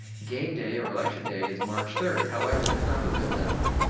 game day or election day is march third. however that's not the real deadline.